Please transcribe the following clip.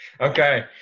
Okay